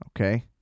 Okay